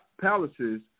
palaces